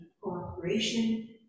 cooperation